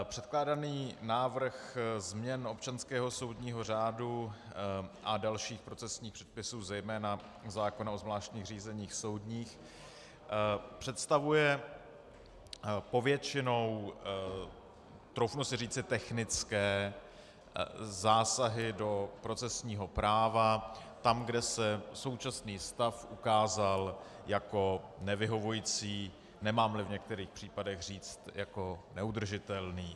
Předkládaný návrh změn občanského soudního řádu a dalších procesních předpisů, zejména zákona o zvláštních řízeních soudních, představuje povětšinou´, troufnu si říci, technické zásady do procesního práva tam, kde se současný stav ukázal jako nevyhovující, nemámli v některých případech říci jako neudržitelný.